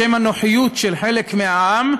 בשם הנוחיות של חלק מהעם,